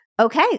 Okay